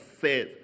says